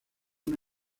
una